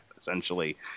essentially